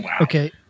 Okay